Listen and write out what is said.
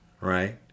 right